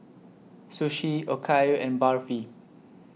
Sushi Okayu and Barfi